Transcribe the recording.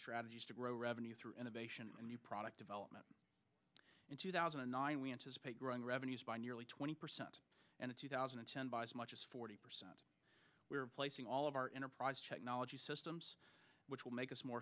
strategies to grow revenue through innovation and new product development in two thousand and nine we anticipate growing revenues by nearly twenty percent and a two thousand and ten by as much as forty percent we're placing all of our enterprise technology systems which will make us more